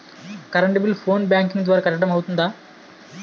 Current bill phone banking ద్వారా కట్టడం అవ్తుందా?